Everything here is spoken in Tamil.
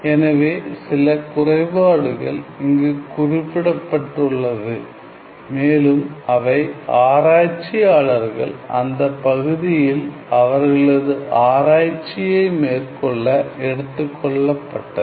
எனவே சில குறைபாடுகள் இங்கு குறிப்பிடப்பட்டுள்ளது மேலும் அவை ஆராய்ச்சியாளர்கள் அந்தப் பகுதியில் அவர்களது ஆராய்ச்சியை மேற்கொள்ள எடுத்துக்கொள்ளப்பட்டது